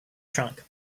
trunk